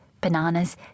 bananas